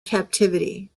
captivity